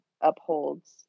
upholds